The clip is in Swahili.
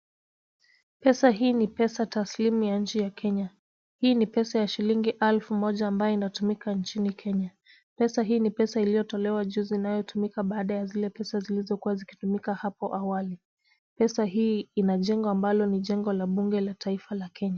Pesa hii ni pesa taslim ya nchi ya Kenya. Hii ni pesa ya shilingi alfu moja ambaye inatumika nchini Kenya. Pesa hii ni pesa iliyotolewa juzi inayotumika baada ya zile pesa zilizokuwa zikitumika hapo awali. Pesa hii ina jengo ambalo ni jengo la bunge la taifa la Kenya.